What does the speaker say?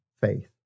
faith